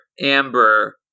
amber